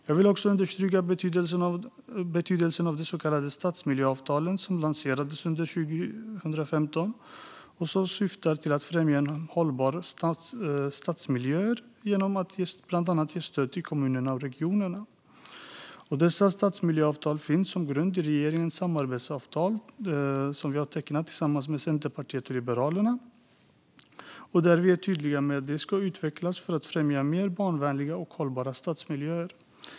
Jag vill också understryka betydelsen av de så kallade stadsmiljöavtalen, som lanserades under 2015 och som syftar till att främja hållbara stadsmiljöer genom att bland annat ge stöd till kommuner och regioner. Dessa stadsmiljöavtal finns med som grund i regeringens samarbetsavtal tillsammans med Centerpartiet och Liberalerna, där vi är tydliga med att stadsmiljöavtalen ska utvecklas för att främja mer barnvänliga och hållbara stadsmiljöer.